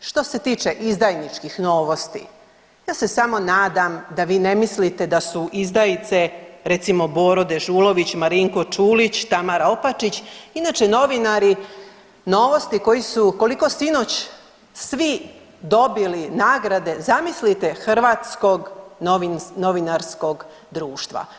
Što se tiče izdajničkih Novosti ja se samo nadam da vi ne mislite da su izdajice recimo Boro Dežulović, Marinko Čulić, Tamara Opačić, inače novinari Novosti koji su koliko sinoć svi dobili nagrade zamislite Hrvatskog novinarskog društva.